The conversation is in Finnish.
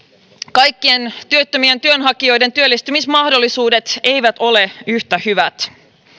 kaikkien työttömien työnhakijoiden työllistymismahdollisuudet eivät ole yhtä hyvät